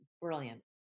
Brilliant